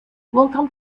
welcome